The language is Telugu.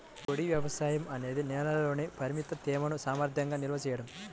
పొడి వ్యవసాయం అనేది నేలలోని పరిమిత తేమను సమర్థవంతంగా నిల్వ చేయడం